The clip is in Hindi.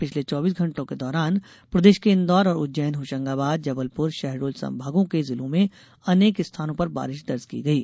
पिछले चौबीस घंटो के दौरान प्रदेश के इंदौर और उज्जैन होशंगाबाद जबलपुर शहडोल संभागों के जिलों मे अनेक स्थानों पर बारिश दर्ज की गयी